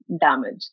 damage